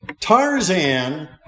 Tarzan